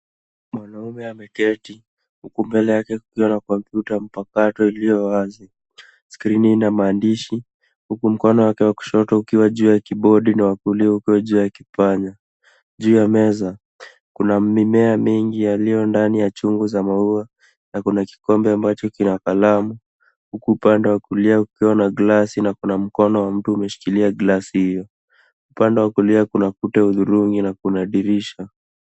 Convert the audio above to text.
Mwanaume ameketi, huku mbele yake kukiwa na kompyuta mpakato iliyo wazi. Skrini ina maandishi, huku mkono wake wa kushoto ukiwa juu ya kibodi, na wa kulia ukiwa juu ya kipanya .Juu ya meza, kuna mimea mingi yaliyondani ya chungu za maua, na kuna kikombe ambacho kina kalamu, huku upande wa kulia kukiwa na glasi na kuna mkono wa mtu unashikilia glasi hiyo. Upande wa kulia kuna kuta wa hudhurungi na kuna dirisha.